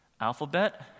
Alphabet